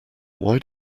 why